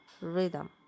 rhythm